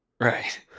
right